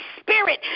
Spirit